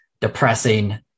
depressing